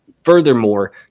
furthermore